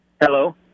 Hello